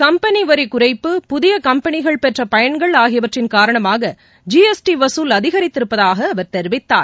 company வரி குறைப்பு புதிய கம்பெனிகள் பெற்ற பயன்கள் ஆகியவற்றின் காரணமாக ஜி எஸ் டி வகுல் அதிகரித்திருப்பதாக அவர் தெரிவித்தார்